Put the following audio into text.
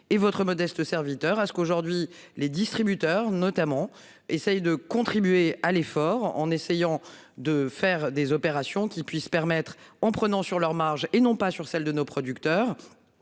et votre modeste serviteur à ce qu'aujourd'hui les distributeurs notamment essaye de contribuer à l'effort en essayant de faire des opérations qui puisse permettre en prenant sur leur marge et non pas sur celles de nos producteurs.